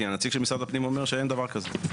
כי הנציג של משרד הפנים אומר שאין דבר כזה.